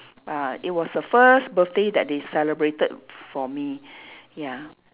ah it was the first birthday that they celebrated for me ya